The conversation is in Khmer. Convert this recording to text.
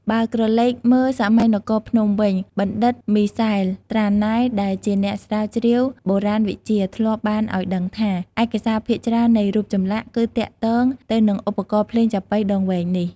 បើក្រឡេកមើលសម័យនគរភ្នំវិញ បណ្ឌិតមីសែល ត្រាណេ ដែលជាអ្នកស្រាវជ្រាវបុរាណវិទ្យា ធ្លាប់បានឲ្យដឹងថា ឯកសារភាគច្រើននៃរូបចម្លាក់ គឺទាក់ទិនទៅនឹងឧបករណ៍ភ្លេងចាប៉ីដងវែងនេះ។